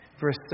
verse